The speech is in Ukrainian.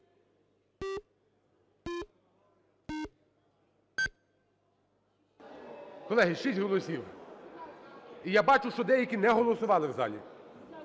Колеги, 6 голосів. І я бачу, що деякі не голосували в залі,